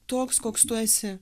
toks koks tu esi